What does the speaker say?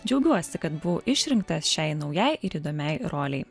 džiaugiuosi kad buvau išrinktas šiai naujai ir įdomiai rolei